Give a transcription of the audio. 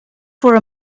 for